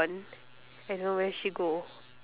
I don't know where she go